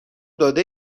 داده